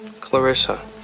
clarissa